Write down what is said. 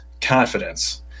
confidence